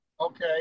Okay